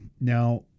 Now